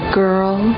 girl